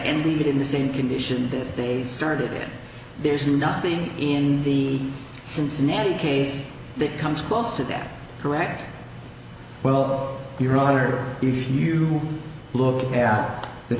it in the same condition that they started it there's nothing in the cincinnati case that comes close to that correct well your honor if you look at the